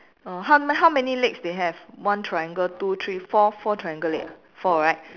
err how how many legs they have one triangle two three four four triangle leg four right